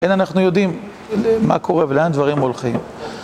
אין אנחנו יודעים מה קורה ולאן דברים הולכים.